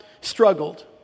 struggled